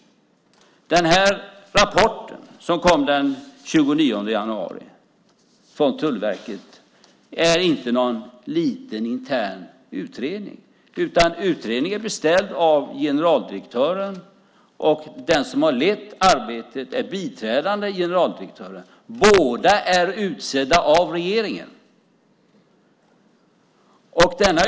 Denna rapport, som kom den 29 januari från Tullverket, är inte någon liten intern utredning. Den är beställd av generaldirektören, och den som har lett arbetet är biträdande generaldirektören. Båda är utsedda av regeringen.